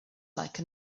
like